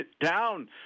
Down